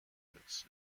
works